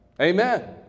Amen